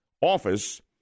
office